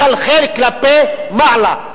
מחלחל כלפי מעלה,